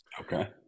Okay